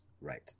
Right